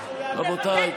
רבותיי,